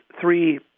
three